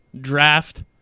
Draft